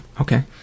Okay